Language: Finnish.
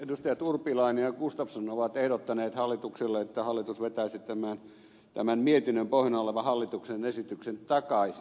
edustajat urpilainen ja gustafsson ovat ehdottaneet hallitukselle että hallitus vetäisi tämän mietinnön pohjana olevan hallituksen esityksen takaisin